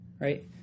right